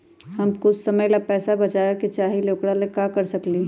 हम कुछ समय ला पैसा बचाबे के चाहईले ओकरा ला की कर सकली ह?